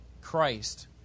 christ